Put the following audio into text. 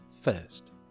first